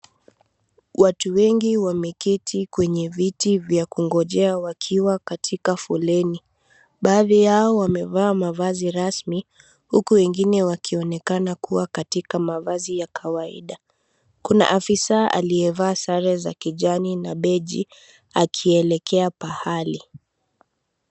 Watu wengi wameketi kwenye viti vya kungojea wakiwa katika foleni. Baadhi yao wamevaa mavazi rasmi huku wengine wakionekana kuwa katika mavazi ya kawaida. Kuna afisa aliyevalia sare za kijani na beji akielekea pahali.